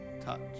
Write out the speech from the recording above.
touch